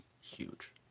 huge